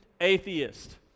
Atheist